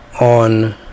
on